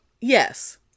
Yes